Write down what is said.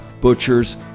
butchers